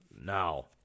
Now